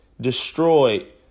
destroyed